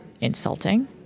insulting